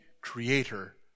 Creator